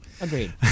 Agreed